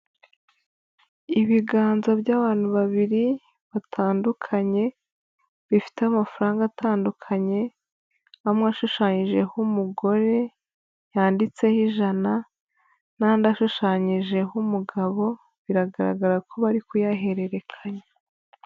Ibiganza by'abantu babiri batandukanye, bifite amafaranga atandukanye, amwe ushushanyijeho umugore yanditseho ijana, n'andi ashushanyijeho umugabo, biragaragara ko bari kuyahererekanya.